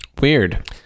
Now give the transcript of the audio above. weird